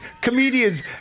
comedians